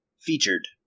featured